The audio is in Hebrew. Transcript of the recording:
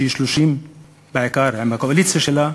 שהיא 30 בעיקר, עם הקואליציה שלה,